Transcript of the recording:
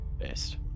Best